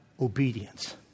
obedience